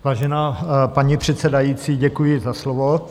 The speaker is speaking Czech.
Vážená paní předsedající, děkuji za slovo.